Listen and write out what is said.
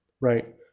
right